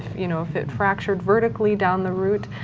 you know if it fractured vertically down the root,